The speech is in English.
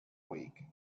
weak